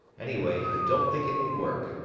anyway, i don't think it would work.